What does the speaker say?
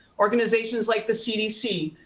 organizations like the cdc,